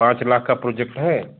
पाँच लाख का प्रोजेक्ट है